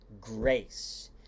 Grace